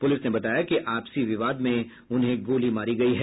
police ने बताया कि आपसी विवाद में उन्हें गोली मारी गयी है